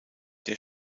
der